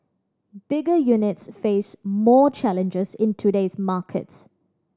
bigger units face more challenges in today's market